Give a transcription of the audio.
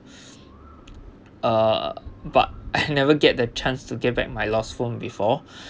uh but I never get the chance to get back my lost phone before